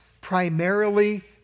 primarily